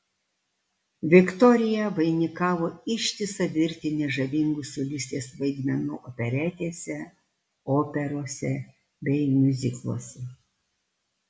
viktorija vainikavo ištisą virtinę žavingų solistės vaidmenų operetėse operose bei miuzikluose